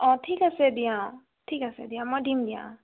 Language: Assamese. অঁ ঠিক আছে দিয়া ঠিক আছে দিয়া মই দিম দিয়া অঁ